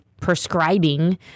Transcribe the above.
prescribing